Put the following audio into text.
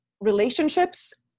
relationships